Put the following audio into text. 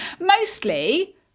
Mostly